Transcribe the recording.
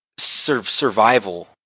survival